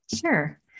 Sure